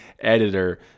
editor